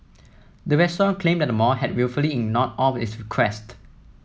the restaurant claimed that the mall had wilfully ignored all of its request